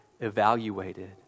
evaluated